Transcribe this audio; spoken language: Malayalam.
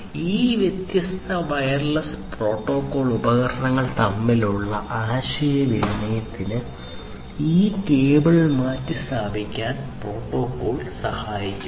അതിനാൽ ഈ വ്യത്യസ്ത വയർലെസ് പോർട്ടബിൾ ഉപകരണങ്ങൾ തമ്മിലുള്ള ആശയവിനിമയത്തിന് ഈ കേബിൾ മാറ്റിസ്ഥാപിക്കൽ പ്രോട്ടോക്കോൾ സഹായിക്കും